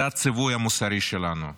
זה הציווי המוסרי שלנו כמדינה,